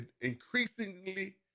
increasingly